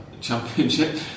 championship